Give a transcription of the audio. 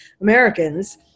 Americans